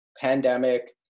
pandemic